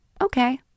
okay